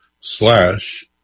slash